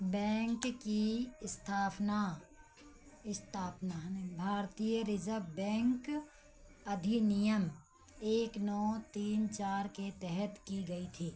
bank की स्थापना स्थापना भारतीय रिजर्व बैंक अधिनियम एक नौ तीन चार के तहत की गई थी